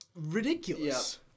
ridiculous